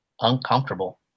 uncomfortable